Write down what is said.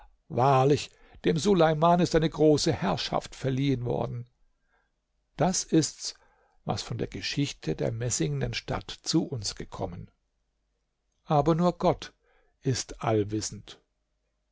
wahrlich dem suleiman ist eine große herrschaft verliehen worden das ist's was von der geschichte der messingenen stadt uns zugekommen aber nur gott ist allwissend